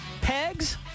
Pegs